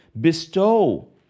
bestow